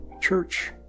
church